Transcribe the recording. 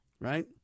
right